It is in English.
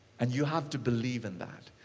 and you have to believe in that.